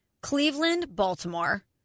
Cleveland-Baltimore